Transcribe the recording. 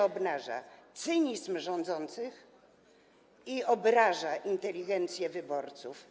Obnaża ona cynizm rządzących i obraża inteligencję wyborców.